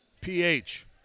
PH